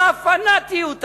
מה הפנאטיות הזו?